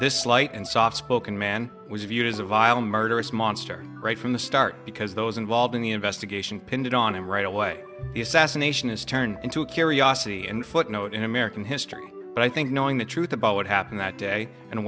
this slight and soft spoken man was viewed as a vile murderous monster right from the start because those involved in the investigation pinned it on him right away the assassination is turned into a curiosity and footnote in american history but i think knowing the truth about what happened that day and